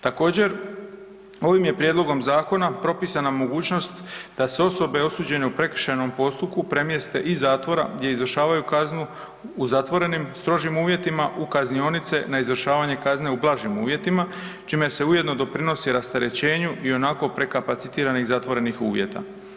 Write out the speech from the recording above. Također, ovim je prijedlogom zakona propisana mogućnost da se osobe osuđene u prekršajnom postupku premjeste iz zatvora gdje izvršavaju kaznu u zatvorenim strožim uvjetima, u kaznionice na izvršavanje kazne u blažim uvjetima, čime se ujedno doprinosi rasterećenju ionako prekapacitiranih zatvorenih uvjeta.